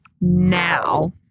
now